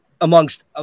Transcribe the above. amongst